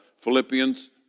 Philippians